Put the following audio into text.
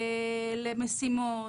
ולמשימות.